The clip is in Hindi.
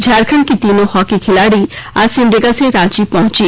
झारखंड की तीनों हॉकी खिलाड़ी आज सिमडेगा से रांची पहुंची